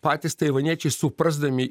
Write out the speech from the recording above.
patys taivaniečiai suprasdami